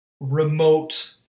remote